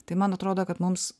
tai man atrodo kad mums